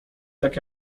tak